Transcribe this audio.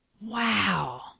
wow